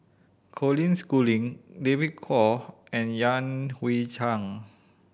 Colin Schooling David Kwo and Yan Hui Chang